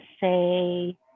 say